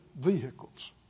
vehicles